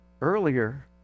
earlier